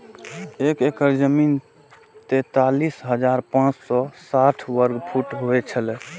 एक एकड़ जमीन तैंतालीस हजार पांच सौ साठ वर्ग फुट होय छला